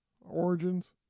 Origins